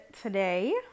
today